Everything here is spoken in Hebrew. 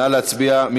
נא להצביע.